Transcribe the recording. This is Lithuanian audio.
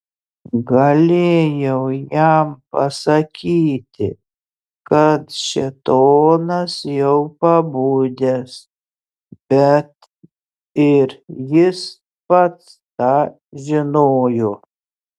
galėjau jam pasakyti kad šėtonas jau pabudęs bet ir jis pats tą žinojo